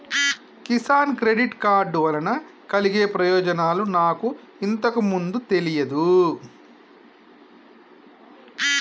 Kisan credit card వలన కలిగే ప్రయోజనాలు నాకు ఇంతకు ముందు తెలియదు